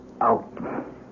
out